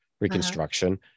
reconstruction